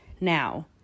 Now